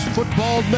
Football